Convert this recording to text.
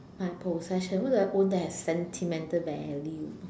my possession what do I own that has sentimental value